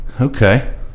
Okay